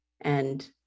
and-